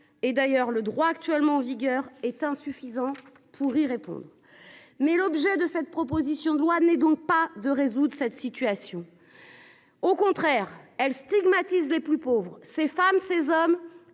Et d'ailleurs le droit actuellement en vigueur est insuffisant pour y répondre. Mais l'objet de cette proposition de loi n'est donc pas de résoudre cette situation. Au contraire elle stigmatise les plus pauvres, ces femmes, ces hommes